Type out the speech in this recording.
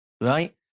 right